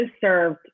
served